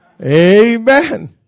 Amen